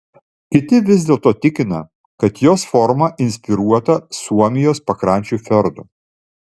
kiti vis dėlto tikina kad jos forma inspiruota suomijos pakrančių fjordų